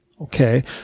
Okay